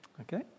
Okay